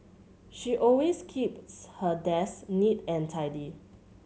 she always keeps her desk neat and tidy